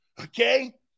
okay